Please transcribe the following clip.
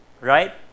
right